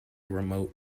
remote